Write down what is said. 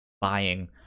buying